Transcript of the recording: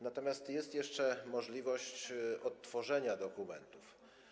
Natomiast jest jeszcze możliwość odtworzenia dokumentów.